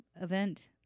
event